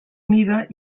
unida